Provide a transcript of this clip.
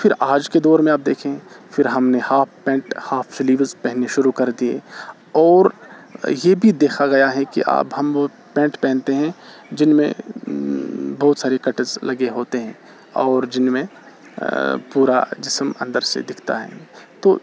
پھر آج کے دور میں آپ دیکھیں پھر ہم نے ہاف پینٹ ہاف سلیپس پہننے شروع کر دیے اور یہ بھی دیکھا گیا ہے کہ اب ہم وہ پینٹ پہنتے ہیں جن میں بہت ساری کٹس لگے ہوتے ہیں اور جن میں پورا جسم اندر سے دکھتا ہے تو